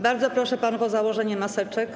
Bardzo proszę panów o założenie maseczek.